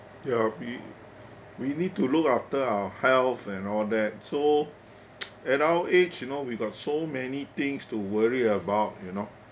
ya we we need to look after our health and all that so at our age you know we got so many things to worry about you know